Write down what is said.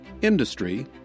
industry